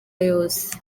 yose